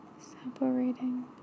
separating